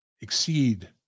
exceed